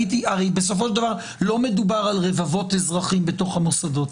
לא מדובר ברבבות אזרחים בתוך המוסדות.